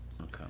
okay